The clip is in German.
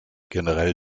generell